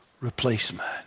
replacement